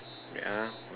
wait ah